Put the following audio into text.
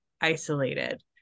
isolated